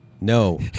No